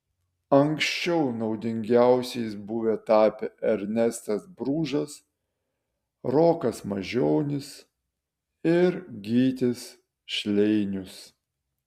anksčiau naudingiausiais buvo tapę ernestas bružas rokas mažionis ir gytis šleinius